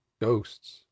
ghosts